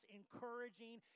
encouraging